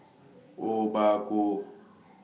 Obaku